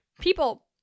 People